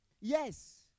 Yes